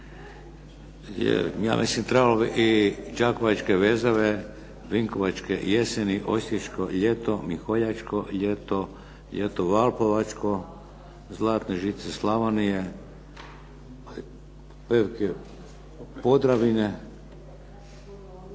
Ja mislim da bi trebalo Đakovače vezove, Vinkovačke jeseni, Osječko ljeto, Miholjačko ljeto, ljeto Vlapovačko, Zlatne žice Slavonije, ali velik Podravine,